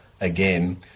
again